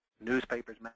newspapers